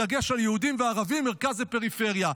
בדגש על יהודים וערבים, מרכז ופריפריה.